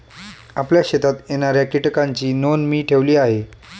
आपल्या शेतात येणाऱ्या कीटकांची नोंद मी ठेवली आहे